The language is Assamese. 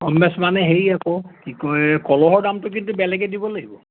কম বেছ মানে হেৰি আকৌ কি কয় কলহৰ দামটো কিন্তু বেলেগে দিব লাগিব